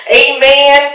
amen